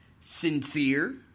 sincere